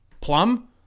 Plum